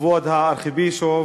כבוד הארכיבישוף